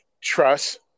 trust